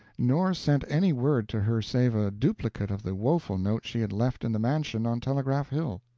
nor sent any word to her save a duplicate of the woeful note she had left in the mansion on telegraph hill.